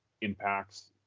impacts